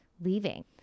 leaving